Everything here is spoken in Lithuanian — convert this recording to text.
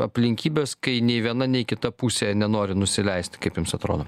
aplinkybės kai nei viena nei kita pusė nenori nusileisti kaip jums atrodo